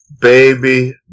baby